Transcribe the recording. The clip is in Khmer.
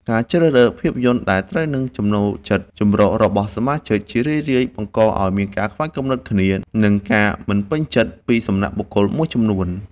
ការជ្រើសរើសភាពយន្តដែលត្រូវនឹងចំណូលចិត្តចម្រុះរបស់សមាជិក ជារឿយៗបង្កឱ្យមានការខ្វែងគំនិតគ្នា និងការមិនពេញចិត្តពីសំណាក់បុគ្គលមួយចំនួន។